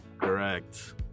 Correct